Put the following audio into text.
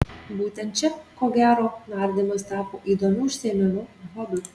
būtent čia ko gero nardymas tapo įdomiu užsiėmimu hobiu